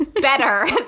better